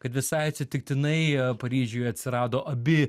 kad visai atsitiktinai paryžiuje atsirado abi